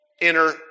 inner